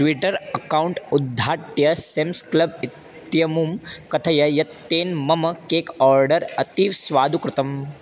Twitter account उद्घाट्य Sam's club इत्यमुं कथय यत् तेन् मम केक् आर्डर् अतीव स्वादुकृतम्